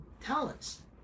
talents